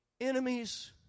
enemies